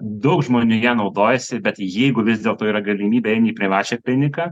daug žmonių ja naudojasi bet jeigu vis dėlto yra galimybė eini į privačią kliniką